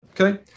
Okay